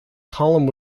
column